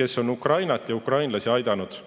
kes on Ukrainat ja ukrainlasi aidanud.